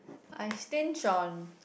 and stint on